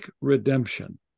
redemption